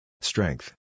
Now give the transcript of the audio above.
Strength